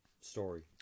Story